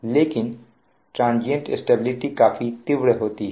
लेकिन transient stability काफी तीव्र होती है